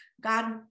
god